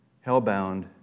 hell-bound